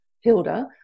HILDA